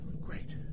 Great